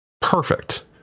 perfect